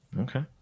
Okay